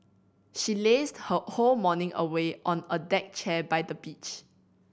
she lazed her whole morning away on a deck chair by the beach